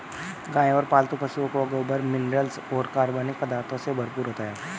गाय और पालतू पशुओं का गोबर मिनरल्स और कार्बनिक पदार्थों से भरपूर होता है